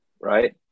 right